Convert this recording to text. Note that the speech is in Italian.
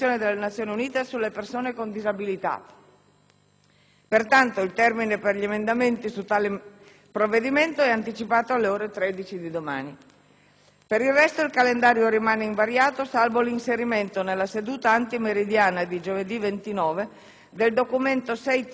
per la presentazione degli emendamenti su tale provvedimento è anticipato alle ore 13 di domani. Per il resto, il calendario rimane invariato, salvo l'inserimento nella seduta antimeridiana di giovedì 29 del Documento 6-*ter*, n. 5, in materia di insindacabilità,